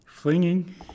flinging